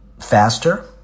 faster